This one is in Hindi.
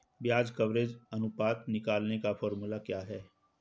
ब्याज कवरेज अनुपात निकालने का फॉर्मूला क्या है?